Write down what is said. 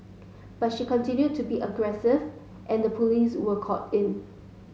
but she continued to be aggressive and the police were called in